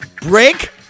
Break